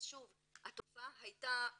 אז שוב, התופעה הייתה כנראה,